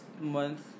month